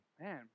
Man